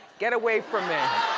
get away from me.